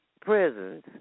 prisons